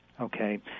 okay